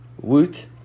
Woot